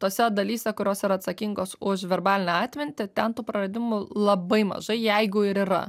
tose dalyse kurios yra atsakingos už verbalinę atmintį ten tų praradimų labai mažai jeigu ir yra